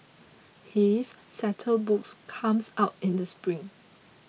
his saute book comes out in the spring